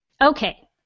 Okay